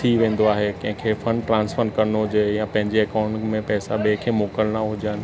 थी वेंदो आहे कंहिंखे फंड ट्रांसफर करिणो हुजे या पंहिंजे अकाउंट में पैसा ॿिए खे मोकिलिणा हुजनि